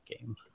game